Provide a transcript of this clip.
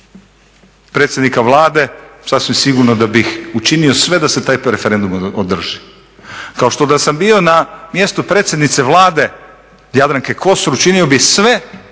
predsjednika Vlade sasvim sigurno da bih učinio sve da se taj referendum održi. Kao što da sam bio na mjestu predsjednice Vlade Jadranke Kosor učinio bi sve